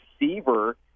receiver